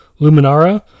Luminara